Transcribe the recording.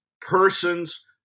person's